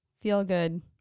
feel-good